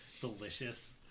Delicious